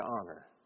honor